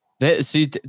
See